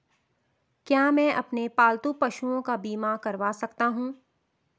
क्या मैं अपने पालतू पशुओं का बीमा करवा सकता हूं?